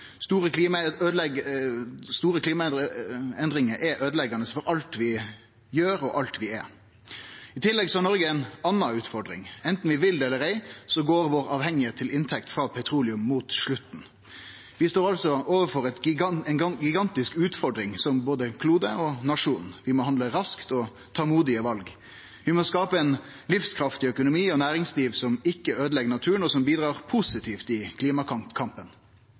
Store klimaendringar er øydeleggjande for alt vi gjer, og alt vi er. I tillegg har Noreg ei anna utfordring. Anten vi vil det eller ei, går inntektene frå petroleum mot slutten. Vi står altså overfor ei gigantisk utfordring både som klode og som nasjon. Vi må handle raskt og ta modige val. Vi må skape ein livskraftig økonomi og eit næringsliv som ikkje øydelegg naturen, og som bidrar positivt i